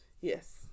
yes